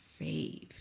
fave